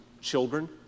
children